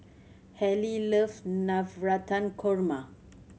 Hali love Navratan Korma